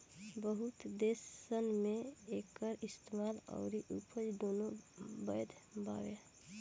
बहुत देसन मे एकर इस्तेमाल अउरी उपज दुनो बैध बावे